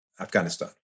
Afghanistan